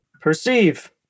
Perceive